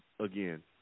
Again